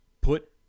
Put